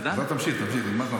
תמשיך, תמשיך.